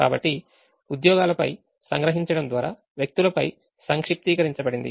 కాబట్టి ఉద్యోగాలపై సంగ్రహించడం ద్వారా వ్యక్తులపై సంక్షిప్తీకరించబడింది